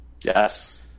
Yes